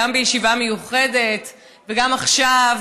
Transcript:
גם בישיבה מיוחדת וגם עכשיו